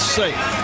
safe